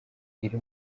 iri